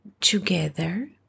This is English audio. together